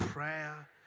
Prayer